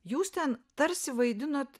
jūs ten tarsi vaidinot